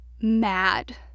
mad